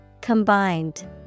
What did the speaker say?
Combined